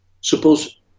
Suppose